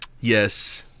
Yes